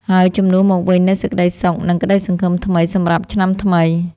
ហើយជំនួសមកវិញនូវសេចក្តីសុខ និងក្តីសង្ឃឹមថ្មីសម្រាប់ឆ្នាំថ្មី។